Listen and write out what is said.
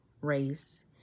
race